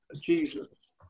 Jesus